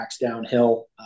downhill